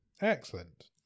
Excellent